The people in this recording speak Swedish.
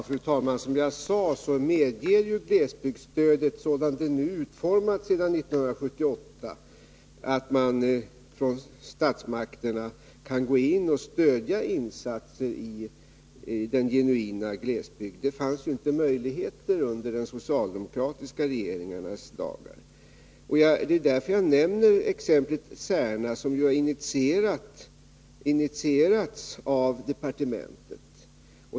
Fru talman! Som jag sade medger glesbygdsstödet, sådant det är utformat sedan 1978, att statsmakterna kan gå in och stödja insatser i den genuina glesbygden. Det fanns ju inte möjligheter till det under de socialdemokratiska regeringarnas dagar. Det är därför jag nämner exemplet Särna, som ju initierats av departementet.